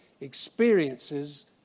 experiences